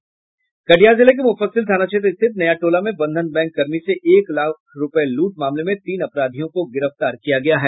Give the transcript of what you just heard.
कटिहार जिले के मुफस्सिल थाना क्षेत्र स्थित नया टोला में बंधन बैंक कर्मी से एक लाख रुपये लूट मामले में तीन अपराधियों को गिरफ्तार किया गया है